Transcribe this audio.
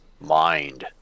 mind